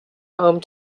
home